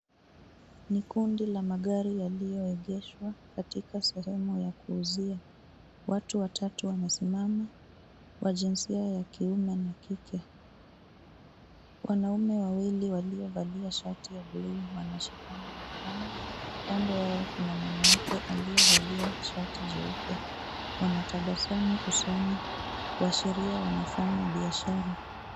Ni kundi la magari yaliyoegeshwa katika sehemu ya kuuzia. Watu watatu wamesimama, wa jinsia ya kiume na kike. Wanaume wawili waliovalia shati ya bluu wanashikana mikono, kando yao kuna mwanamke aliyevalia shati jeupe. Wanatabasamu usoni kuashiria wanafanya biashara.